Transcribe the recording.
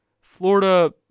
Florida